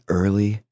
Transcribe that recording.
early